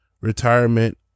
retirement